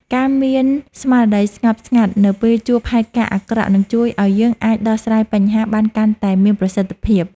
ការមានស្មារតីស្ងប់ស្ងាត់នៅពេលជួបហេតុការណ៍អាក្រក់នឹងជួយឱ្យយើងអាចដោះស្រាយបញ្ហាបានកាន់តែមានប្រសិទ្ធភាព។